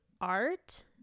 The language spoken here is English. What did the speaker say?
art